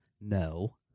No